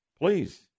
Please